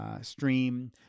stream